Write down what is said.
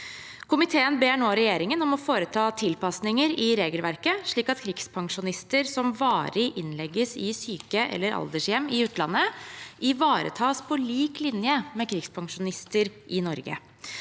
Komiteen ber nå regjeringen om å foreta tilpasninger i regelverket, slik at krigspensjonister som varig innlegges i syke- eller aldershjem i utlandet, ivaretas på lik linje med krigspensjonister i Norge.